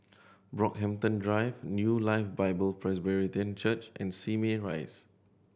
Brockhampton Drive New Life Bible Presbyterian Church and Simei Rise